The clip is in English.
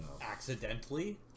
accidentally